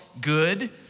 good